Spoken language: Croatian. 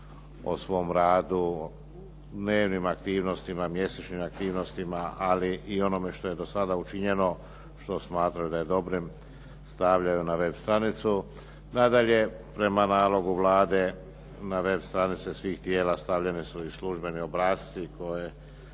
o svom radu, dnevnim aktivnostima, mjesečnim aktivnostima, ali i onome što je do sada učinjeno što smatra da je dobrim stavljaju na web stranicu. Nadalje, prema nalogu Vlade na web stranice svih tijela stavljeni su i službeni obrasci koje